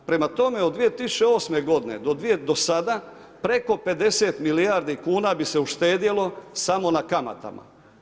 Prema tome, od 2008. godine do sada, preko 50 milijardi kuna bi se uštedjelo samo na kamatama.